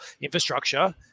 infrastructure